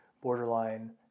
borderline